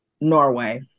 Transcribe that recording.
Norway